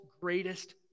greatest